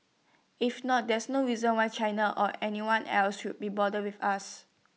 if not there's no reason why China or anyone else should be bothered with us